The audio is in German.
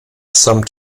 samt